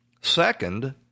Second